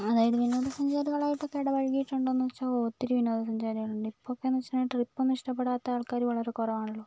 അതായത് വിനോദസഞ്ചാരികളായിട്ട് ഒക്കെ ഇടപഴകിയിട്ടുണ്ടോ എന്നുവെച്ചാൽ ഒത്തിരി വിനോദസഞ്ചാരികളുണ്ട് ഇപ്പോൾ ഒക്കെ എന്ന് വെച്ചിട്ടുണ്ടെങ്കിൽ ട്രിപ്പ് ഒന്നും ഇഷ്ടപെടാത്ത ആൾക്കാർ വളരെ കുറവാണല്ലോ